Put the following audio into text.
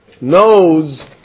knows